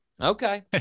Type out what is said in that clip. okay